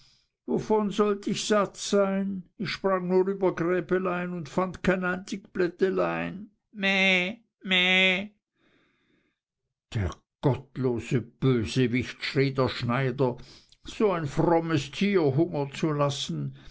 wovon sollt ich satt sein ich sprang nur über gräbelein und fand kein einzig blättelein meh der gottlose bösewicht schrie der schneider so ein frommes tier hungern zu lassen